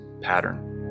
pattern